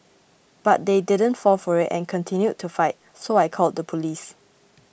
but they didn't fall for it and continued to fight so I called the police